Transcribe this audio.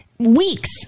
Weeks